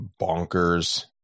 bonkers